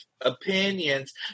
Opinions